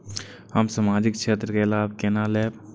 हम सामाजिक क्षेत्र के लाभ केना लैब?